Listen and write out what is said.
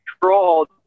controlled